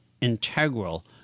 integral